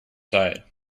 side